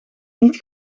niet